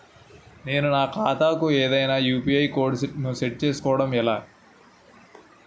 నేను నా ఖాతా కు ఏదైనా యు.పి.ఐ కోడ్ ను సెట్ చేయడం ఎలా?